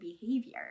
behavior